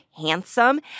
handsome